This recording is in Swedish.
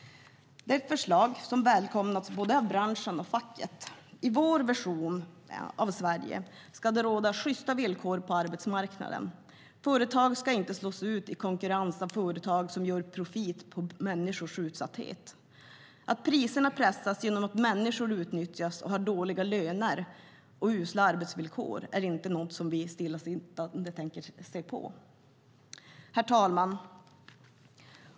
Det är ett förslag som välkomnats av såväl branschen som facket. I vår version av Sverige ska det råda sjysta villkor på arbetsmarknaden. Företag ska inte slås ut i konkurrens med företag som gör profit på människors utsatthet. Att priserna pressas och människor utnyttjas genom dåliga löner och usla arbetsvillkor tänker vi inte stillasittande se på. Herr talman!